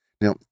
Now